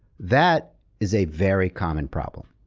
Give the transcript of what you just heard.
that is a very common problem,